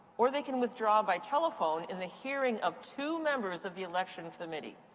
or they can withdraw by telephone in the hearing of two members of the election committee.